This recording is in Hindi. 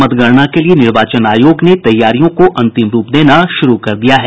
मतगणना के लिये निर्वाचन आयोग ने तैयारियों को अंतिम रूप देना शुरू कर दिया है